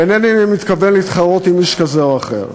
ואינני מתכוון להתחרות עם איש כזה או אחר.